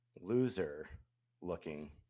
loser-looking